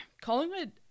Collingwood